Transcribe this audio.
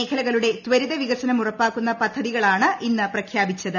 മേഖലകളുടെ ത്വരിത വികസനം ഉറപ്പാക്കുന്ന പദ്ധതികളാണ് ഇന്ന് പ്രഖ്യാപിച്ചത്